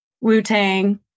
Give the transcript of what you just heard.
wu-tang